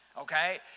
okay